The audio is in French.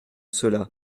cela